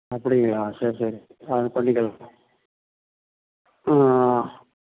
அப்படிங்களா சரி சரி அது பண்ணிக்கலாம்